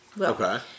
Okay